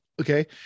Okay